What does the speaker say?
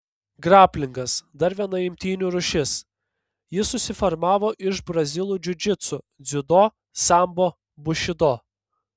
graplingas dar viena imtynių rūšis ji susiformavo iš brazilų džiudžitsu dziudo sambo bušido